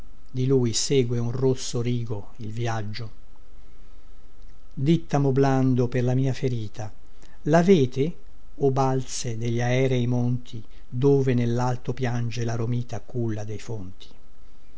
di lui segue un rosso rigo il vïaggio dittamo blando per la mia ferita lavete o balze degli aerei monti dove nellalto piange la romita culla dei fonti